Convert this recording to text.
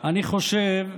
אני לא אשקוט